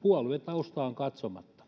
puoluetaustaan katsomatta